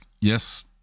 yes